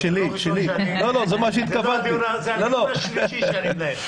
זה הדיון השלישי שאני מנהל.